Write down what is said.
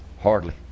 Hardly